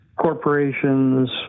corporations